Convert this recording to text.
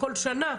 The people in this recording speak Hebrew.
כל שנה,